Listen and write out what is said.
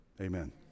amen